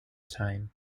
time